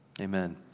Amen